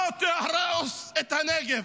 לא תהרוס את הנגב.